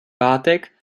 pátek